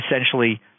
essentially